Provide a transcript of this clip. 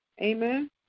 Amen